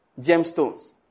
gemstones